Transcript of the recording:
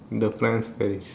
the France Paris